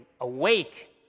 awake